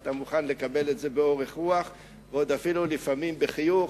ואתה מוכן לקבל את זה באורך רוח ולפעמים אפילו בחיוך.